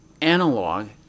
analog